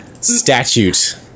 statute